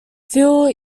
phil